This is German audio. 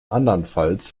andernfalls